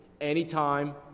anytime